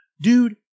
dude